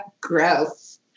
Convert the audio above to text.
gross